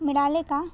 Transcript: मिळाले का